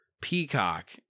Peacock